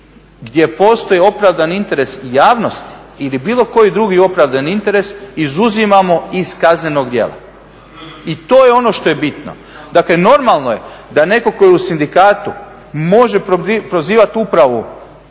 gdje postoji opravdan interes javnosti ili bilo koji drugi opravdani interes izuzimamo iz kaznenog djela. I to je ono što je bitno. Dakle, normalno je da netko tko je u sindikatu može prozivati upravu